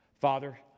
Father